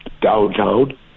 downtown